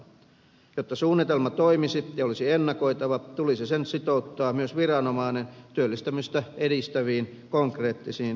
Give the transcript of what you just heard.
jotta suunnitelma toimisi ja olisi ennakoitava tulisi sen sitouttaa myös viranomainen työllistämistä edistäviin konkreettisiin toimenpiteisiin